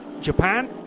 Japan